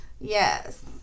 Yes